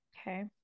Okay